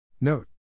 Note